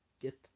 Get